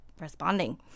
responding